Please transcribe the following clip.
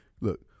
Look